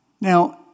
Now